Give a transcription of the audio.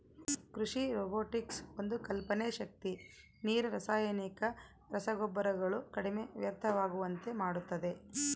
ಕೃಷಿ ರೊಬೊಟಿಕ್ಸ್ ಒಂದು ಕಲ್ಪನೆ ಶಕ್ತಿ ನೀರು ರಾಸಾಯನಿಕ ರಸಗೊಬ್ಬರಗಳು ಕಡಿಮೆ ವ್ಯರ್ಥವಾಗುವಂತೆ ಮಾಡುತ್ತದೆ